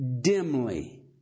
dimly